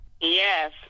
Yes